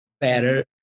better